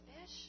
fish